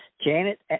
Janet